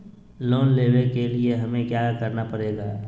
Loan लेने के लिए हमें क्या क्या करना पड़ेगा?